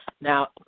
Now